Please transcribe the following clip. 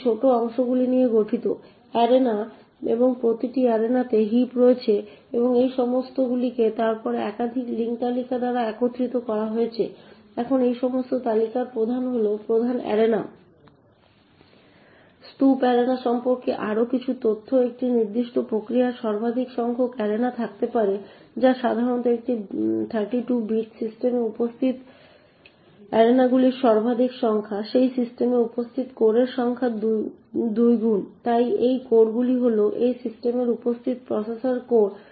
এই ছোট অংশগুলি নিয়ে গঠিত অ্যারেনা এবং প্রতিটি অ্যারেনাতে হিপ রয়েছে এবং এই সমস্তগুলিকে তারপর একাধিক লিঙ্ক তালিকা দ্বারা একত্রিত করা হয়েছে এখন এই সমস্ত তালিকার প্রধান হল প্রধান অ্যারেনা। স্তূপে অ্যারেনা সম্পর্কে আরও কিছু তথ্য একটি নির্দিষ্ট প্রক্রিয়ায় সর্বাধিক সংখ্যক অ্যারেনা থাকতে পারে যা সাধারণত একটি 32 বিট সিস্টেমে উপস্থিত অ্যারেনাগুলির সর্বাধিক সংখ্যা সেই সিস্টেমে উপস্থিত কোরের সংখ্যার 2 গুণ তাই এই কোর গুলি হল সেই সিস্টেমে উপস্থিত প্রসেসর কোর